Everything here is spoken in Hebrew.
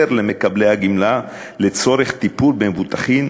למקבלי הגמלה לצורך טיפול במבוטחים,